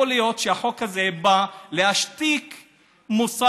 יכול להיות שהחוק הזה בא להשתיק מוסר,